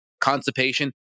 constipation